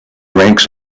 ranks